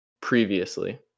previously